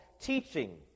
teaching